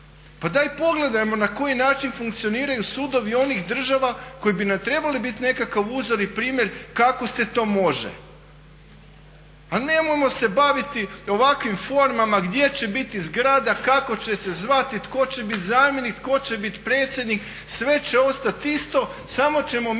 Pa daj pogledajmo na koji način funkcioniraju sudovi onih država koje bi nam trebale biti nekakav uzor i primjer kako se to može. A nemojmo se baviti ovakvim formama gdje će biti zgrada, kako će se zvati, tko će biti zamjenik, tko će bit predsjednik, sve će ostati isto samo ćemo mi to